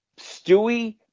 Stewie